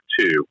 two